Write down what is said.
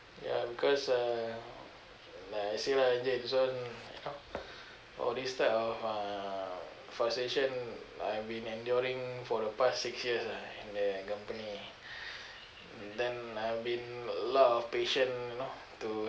ya because uh like I say lah this one you know all this type of uh frustration I've been enduring for the past six years uh in the company then I've been a lot of patient you know to